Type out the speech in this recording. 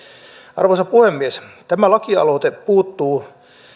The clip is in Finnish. arvoisa puhemies tämä lakialoite puuttuu